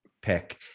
pick